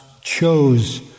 chose